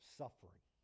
suffering